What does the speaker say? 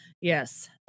Yes